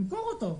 למכור אותו.